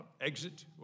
exit